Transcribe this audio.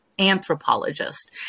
anthropologist